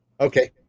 okay